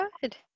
good